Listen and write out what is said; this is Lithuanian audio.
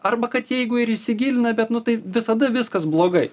arba kad jeigu ir įsigilina bet nu tai visada viskas blogai